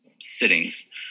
sittings